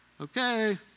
Okay